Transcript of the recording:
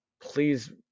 please